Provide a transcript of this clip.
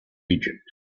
egypt